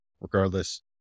regardless